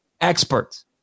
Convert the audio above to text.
experts